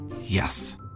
Yes